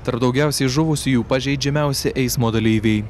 tarp daugiausiai žuvusiųjų pažeidžiamiausi eismo dalyviai